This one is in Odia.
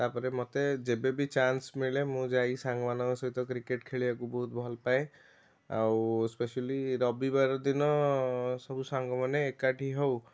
ତାପରେ ମୋତେ ଯେବେବି ଚାନ୍ସ ମିଳେ ମୁଁ ଯାଇ ସାଙ୍ଗମାନଙ୍କ ସହିତ କ୍ରିକେଟ୍ ଖେଳିବାକୁ ବହୁତ ଭଲପାଏ ଆଉ ସ୍ପେସିଆଲି ରବିବାର ଦିନ ସବୁ ସାଙ୍ଗମାନେ ଏକାଠି ହଉ